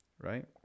right